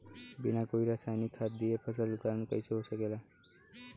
बिना कोई रसायनिक खाद दिए फसल उत्पादन कइसे हो सकेला?